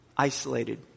isolated